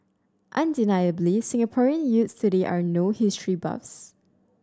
undeniably Singaporean youths today are no history buffs